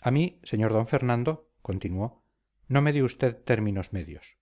a mí sr d fernando continuó no me dé usted términos medios